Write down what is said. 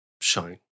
shine